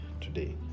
today